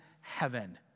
heaven